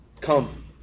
come